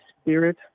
spirit